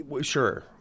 sure